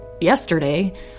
yesterday